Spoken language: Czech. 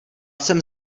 jsem